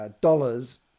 dollars